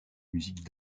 musiques